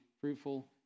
fruitful